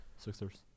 Sixers